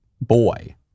boy